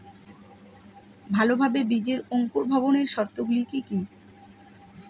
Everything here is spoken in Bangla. ভালোভাবে বীজের অঙ্কুর ভবনের শর্ত গুলি কি কি?